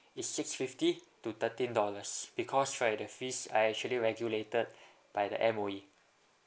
is six fifty to thirteen dollars because right the fees are actually regulated by the M_O_E